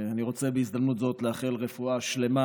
אני רוצה בהזדמנות זו לאחל רפואה שלמה